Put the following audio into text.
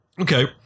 Okay